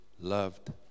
loved